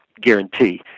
guarantee